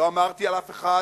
לא אמרתי על אף אחד